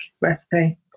recipe